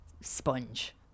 sponge